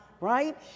right